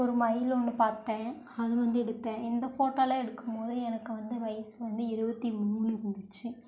ஒரு மயில் ஒன்று பார்த்தேன் அது வந்து எடுத்தேன் இந்த ஃபோட்டோலாம் எடுக்கும்போது எனக்கு வந்து வயசு வந்து இருபத்தி மூணு இருந்துச்சு